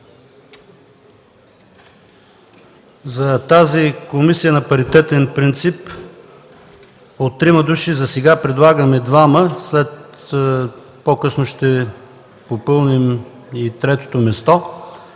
За тази комисия на паритетен принцип от трима души засега предлагаме двама, а по-късно ще попълним и третото място.